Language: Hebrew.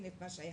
גם בדרום,